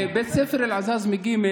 בית ספר אלעזאזמה ג'